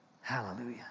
Hallelujah